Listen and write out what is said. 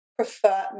prefer